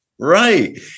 Right